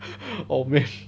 or